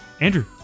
Andrew